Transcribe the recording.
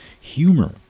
humor